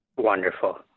Wonderful